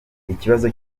ikibazo